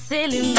Silly